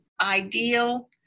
ideal